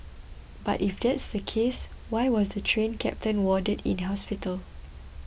but if that's the case why was the Train Captain warded in hospital